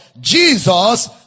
Jesus